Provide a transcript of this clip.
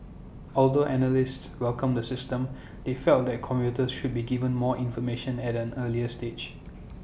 although analysts welcomed the system they felt that commuters should be given more information at an earlier stage